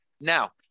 now